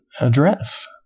address